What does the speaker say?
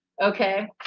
okay